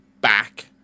back